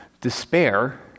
despair